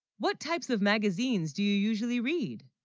what types of magazines do you usually read